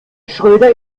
schröder